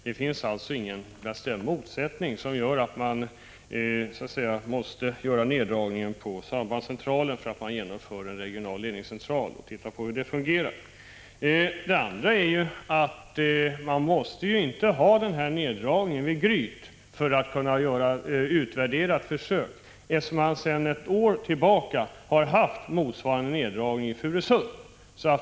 Det finns alltså ingenting som säger att man måste göra en neddragning på sambandscentralen för att man genomför en regional ledningscentral och undersöker hur den fungerar. För det andra: Man måste inte göra en neddragning i Gryt för att kunna utvärdera ett försök, eftersom man sedan ett år tillbaka har motsvarande neddragning i Furusund.